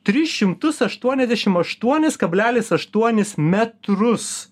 tris šimtus aštuoniasdešim aštuonis kablelis aštuonis metrus